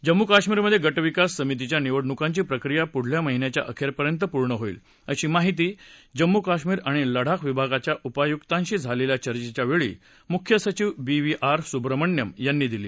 जम्मू कश्मीरमधे गटविकास समितीच्या निवडणुकांची प्रक्रिया पुढल्या महिन्याच्या अखेरपर्यंत पूर्ण होईल अशी माहिती जम्मू कश्मीर आणि लडाख विभागाच्या उपायुकांशी झालेल्या चर्चेच्यावेळी मुख्य सचिव बी व्ही आर सुब्रम्हण्यम यांनी दिली